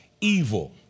evil